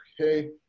okay